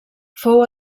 fou